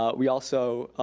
ah we also,